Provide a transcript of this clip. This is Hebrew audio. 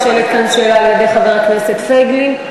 נשאלת כאן שאלה על-ידי חבר הכנסת פייגלין.